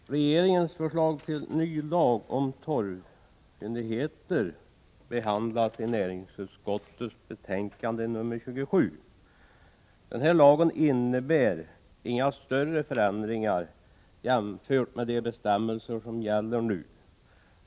Fru talman! Regeringens förslag till ny lag om torvfyndigheter, som behandlas i näringsutskottets betänkande 27, innebär inga större förändringar jämfört med de bestämmelser som gäller nu.